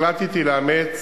החלטתי לאמץ